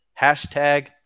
hashtag